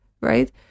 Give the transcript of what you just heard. Right